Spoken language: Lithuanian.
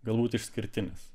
galbūt išskirtinis